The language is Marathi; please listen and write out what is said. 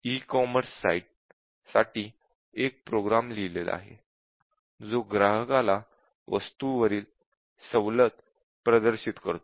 ई कॉमर्स साइट साठी एक प्रोग्राम लिहिलेला आहे जो ग्राहकाला वस्तू वरील सवलत प्रदर्शित करतो